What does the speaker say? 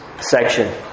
section